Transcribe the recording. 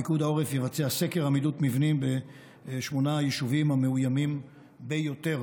פיקוד העורף יבצע סקר עמידות מבנים בשמונת היישובים המאוימים ביותר.